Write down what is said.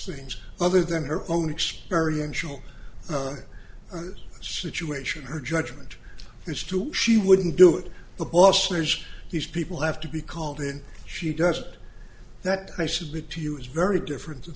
things other than her own experiential situation her judgment is too she wouldn't do it the boss says these people have to be called in she doesn't that i submit to you is very different than